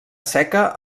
seca